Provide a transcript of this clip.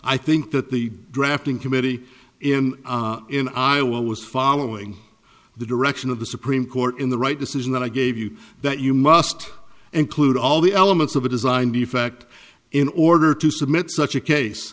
i think that the drafting committee in in iowa was following the direction of the supreme court in the right decision that i gave you that you must include all the elements of a design defect in order to submit such a case